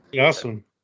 awesome